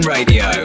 Radio